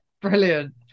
brilliant